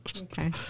Okay